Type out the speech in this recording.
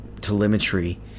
telemetry